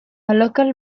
local